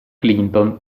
clinton